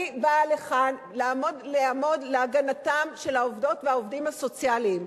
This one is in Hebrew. אני באה לכאן לעמוד להגנתם של העובדות והעובדים הסוציאליים.